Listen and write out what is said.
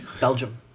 Belgium